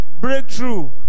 breakthrough